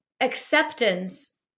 Acceptance